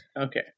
Okay